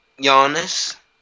Giannis